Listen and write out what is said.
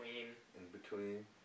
In-between